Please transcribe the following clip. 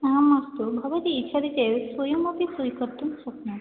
आम् अस्तु भवती इच्छति चेत् स्वयमपि स्वीकर्तुं शक्नोति